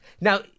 Now